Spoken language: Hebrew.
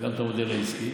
גם את המודל העסקי.